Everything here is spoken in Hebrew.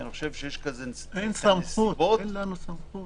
כי אני חושב שיש כאן נסיבות --- אין לנו סמכות.